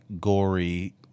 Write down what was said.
gory